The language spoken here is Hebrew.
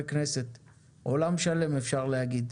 עולם שלם אפשר להגיד.